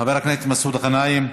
חבר הכנסת מסעוד גנאים,